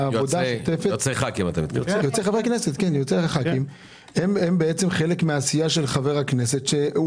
יועצי הח"כים הם חלק מהסיעה של חבר הכנסת שהוא חיוני.